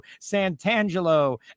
Santangelo